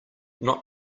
not